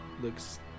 Looks